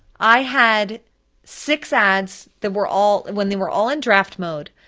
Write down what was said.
i had six ads that were all, when they were all in draft mode,